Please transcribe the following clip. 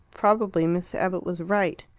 probably miss abbott was right.